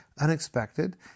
unexpected